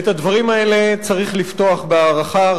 את הדברים האלה צריך לפתוח בהערכה,